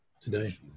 Today